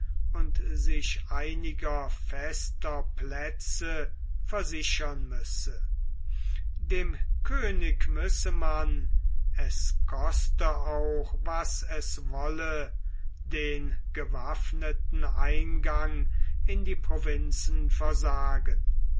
und sich einiger fester plätze versichern müsse dem könig müsse man es koste auch was es wolle den gewaffneten eingang in die provinzen versagen